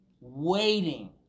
Waiting